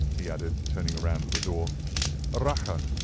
he added, turning round at the door rache,